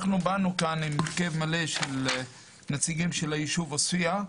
אנחנו באנו כאן עם הרכב מלא של הנציגים של הישוב עוספיה,